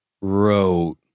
Wrote